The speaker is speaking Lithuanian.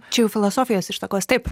čia jau filosofijos ištakos taip